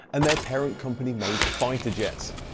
and their parent company made fighter jets!